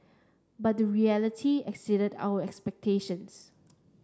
but the reality exceeded our expectations